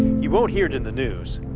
you won't hear it in the news,